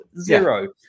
Zero